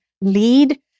lead